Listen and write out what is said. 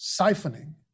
siphoning